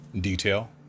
detail